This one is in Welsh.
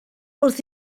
wrth